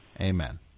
Amen